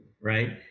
Right